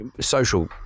social